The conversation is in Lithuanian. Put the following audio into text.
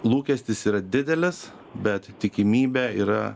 lūkestis yra didelis bet tikimybė yra